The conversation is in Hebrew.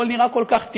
הכול נראה כל כך טבעי,